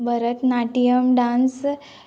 Bharatanatyam dance